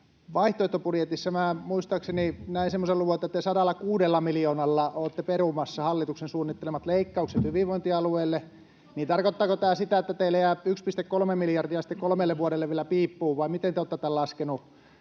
Vaihtoehtobudjetissa minä muistaakseni näin semmoisen luvun, että te 106 miljoonalla olette perumassa hallituksen suunnittelemat leikkaukset hyvinvointialueille. Tarkoittaako tämä sitä, että teille jää sitten vielä 1,3 miljardia kolmelle vuodelle piippuun, vai miten te olette tämän laskeneet,